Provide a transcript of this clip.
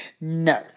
No